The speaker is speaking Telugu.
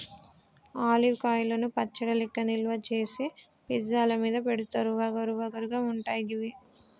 ఆలివ్ కాయలను పచ్చడి లెక్క నిల్వ చేసి పిజ్జా ల మీద పెడుతారు వగరు వగరు గా ఉంటయి గివి